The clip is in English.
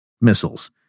missiles